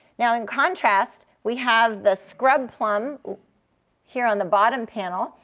now, in contrast, we have the scrub plum here on the bottom panel.